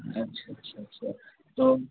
अच्छा अच्छा अच्छा तो